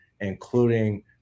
including